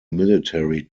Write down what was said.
military